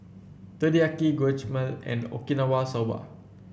Teriyaki Guacamole and Okinawa Soba